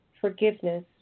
forgiveness